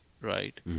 right